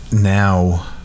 now